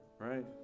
right